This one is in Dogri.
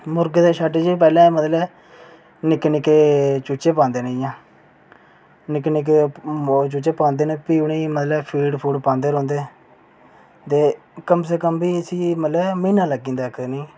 मुर्गें दा शैड इं'या पैह्लें निक्के निक्के चूचे पांदे न जि'यां निक्के निक्के चूचे पांदे न प्ही उ'नेंगी फीड पांदे रौहंदे ते प्ही कम से कम इ'नेंगी म्हीना लग्गी जंदा इ'नेंगी